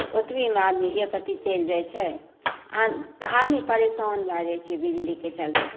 ओतबीमे आदमी एकरती चलि जाइ छै तऽ आदमी परेशान भऽ जाइ छै बिजलीके चलते